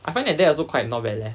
I find that that also quite not bad leh